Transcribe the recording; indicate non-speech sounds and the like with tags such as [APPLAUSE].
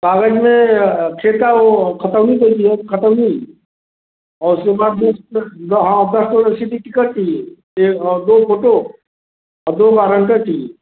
काग़ज़ में खेता वह खतौनी दे दीजिए खतौनी उसके बाद जो [UNINTELLIGIBLE] हाँ दस ठो रसीदी टिकट चाहिए एक और दो फोटो और दो वारन्टर भी